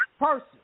person